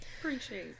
Appreciate